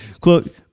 quote